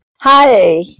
Hi